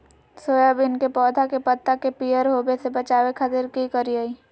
Soybean के पौधा के पत्ता के पियर होबे से बचावे खातिर की करिअई?